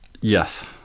yes